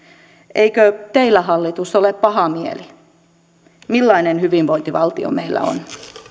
eikö teillä hallitus ole paha mieli millainen hyvinvointivaltio meillä on